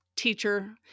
teacher